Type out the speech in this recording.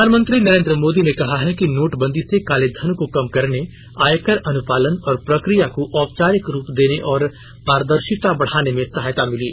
प्रधानमंत्री नरेंद्र मोदी ने कहा है कि नोटबंदी से काले धन को कम करने आयकर अनुपालन और प्रक्रिया को औपचारिक रूप देने और पारदर्शिता बढाने में सहायता मिली